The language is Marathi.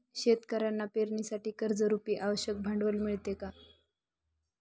शेतकऱ्यांना पेरणीसाठी कर्जरुपी आवश्यक भांडवल मिळते का?